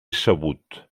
sabut